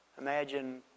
Imagine